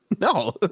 No